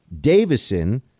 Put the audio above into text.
Davison